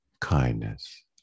kindness